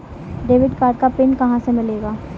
Debit card का PIN कहां से मिलेगा?